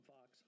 Fox